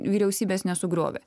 vyriausybės nesugriovė